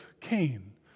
Cain